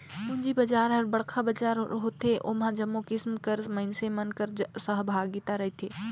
पूंजी बजार हर बड़खा बजार होथे ओम्हां जम्मो किसिम कर मइनसे मन कर सहभागिता रहथे